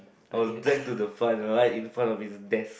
I was dragged to the front right in front of his desk